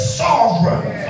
sovereign